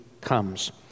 comes